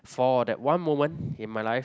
for that one moment in my life